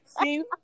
See